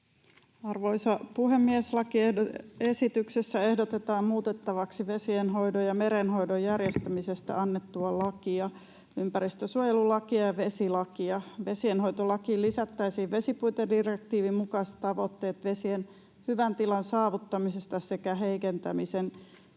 Arvoisa puhemies! Lakiesityksessä ehdotetaan muutettavaksi vesienhoidon ja merenhoidon järjestämisestä annettua lakia, ympäristönsuojelulakia ja vesilakia. Vesienhoitolakiin lisättäisiin vesipuitedirektiivin mukaiset tavoitteet vesien hyvän tilan saavuttamisesta sekä heikentämisen